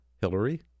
Hillary